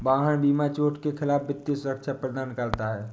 वाहन बीमा चोट के खिलाफ वित्तीय सुरक्षा प्रदान करना है